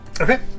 Okay